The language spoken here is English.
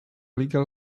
legal